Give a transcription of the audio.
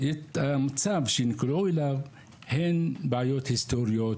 המצב שנקלעו אליו הוא מבעיות היסטוריות,